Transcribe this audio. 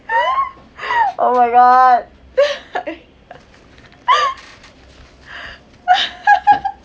oh my god